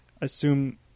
assume –